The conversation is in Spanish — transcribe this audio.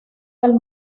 del